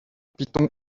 piton